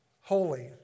holy